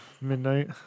midnight